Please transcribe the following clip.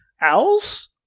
Owls